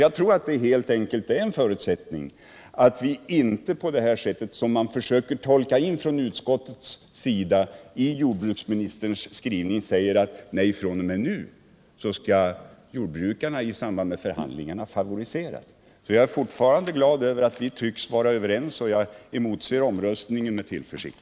Jag tror att det helt enkelt är en förutsättning för en framgångsrik jordbrukspolitik att vi inte på det här sättet, som man försöker tolka in från utskottets sida i jordbruksministerns skrivning, säger att fr.o.m. nu skall jordbrukarna i samband med förhandlingarna favoriseras. Jag är glad att Eric Enlund och jag fortfarande tycks vara överens, och jag emotser omröstningen med tillförsikt.